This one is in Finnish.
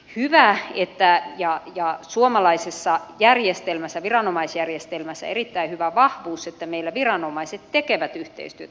hyvää itää ja ja suomalaisessa viranomaisjärjestelmässä erittäin hyvä vahvuus että meillä viranomaiset tekevät yhteistyötä